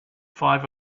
five